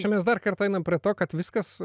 čia mes dar kartą einam prie to kad viskas